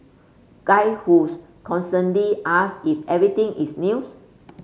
guy whose constantly ask if everything is news